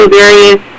various